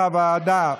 כנוסח הוועדה.